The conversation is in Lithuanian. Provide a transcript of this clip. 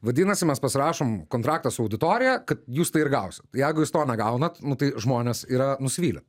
vadinasi mes pasirašom kontraktą su auditorija kad jūs tai ir gausit jeigu jūs to negaunat nu tai žmonės yra nusivylę